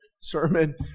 sermon